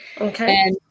Okay